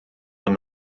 man